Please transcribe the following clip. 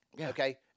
okay